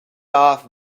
off